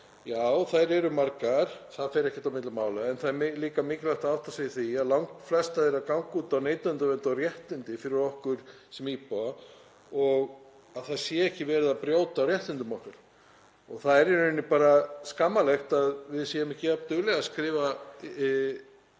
Já, þær eru margar, það fer ekkert á milli mála en það er líka mikilvægt að átta sig á því að langflestar þeirra ganga út á neytendavernd og réttindi fyrir okkur sem íbúa og að það sé ekki verið að brjóta á réttindum okkar. Það er í rauninni bara skammarlegt að við séum ekki jafn dugleg að skrifa